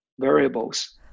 variables